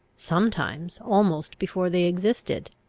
sometimes almost before they existed.